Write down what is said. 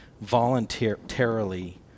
voluntarily